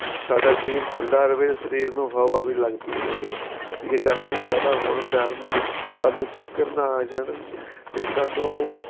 ਸਾਡਾ ਸਰੀਰ ਖੁੱਲਾ ਰਹੇ ਸਰੀਰ ਨੂੰ ਹਵਾ ਵੀ ਲੱਗਦੀ ਰਹੇ ਠੀਕ ਹੈ ਗਰਮੀ ਜ਼ਿਆਦਾ ਹੋਣ ਕਾਰਨ ਸਾਨੂੰ ਚੱਕਰ ਨਾ ਆ ਜਾਣ ਅਤੇ ਸਾਨੂੰ